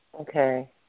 Okay